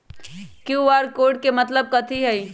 QR code के मतलब कथी होई?